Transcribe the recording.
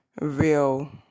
real